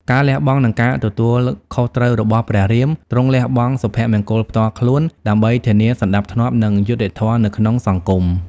ការលះបង់ និងការទទួលខុសត្រូវរបស់ព្រះរាមទ្រង់លះបង់សុភមង្គលផ្ទាល់ខ្លួនដើម្បីធានាសណ្ដាប់ធ្នាប់ និងយុត្តិធម៌នៅក្នុងសង្គម។